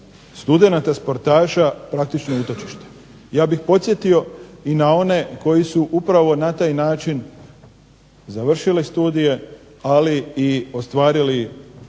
studenata sportaša praktično utočište. Ja bih podsjetio i na one koji su upravo na taj način završili studije, ali i ostvarili,